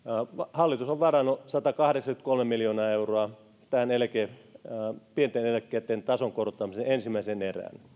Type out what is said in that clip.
hallitus on varannut satakahdeksankymmentäkolme miljoonaa euroa tähän pienten eläkkeitten tason korottamisen ensimmäiseen erään